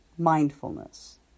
mindfulness